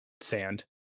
sand